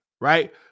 Right